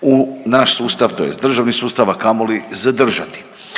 u naš sustav, tj. državni sustav, a kamoli zadržati.